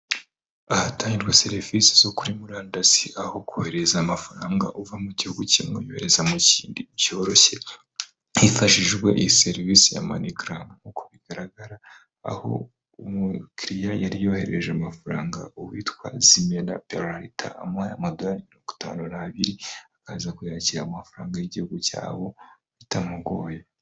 Ahatangirwa serivisi zo kuri murandasi aho kohereza amafaranga uva mu gihugu kimwemyohereza mu cyoroshye hifashishijwe iyi serivisi ya moneygram, nk' bigaragara aho umukiriya yari yohererereje amafaranga uwitwa zimerala peta amuha amagare dtara abiri akaza kuyakira amafaranga y'igihugu cyabo bitamugoye.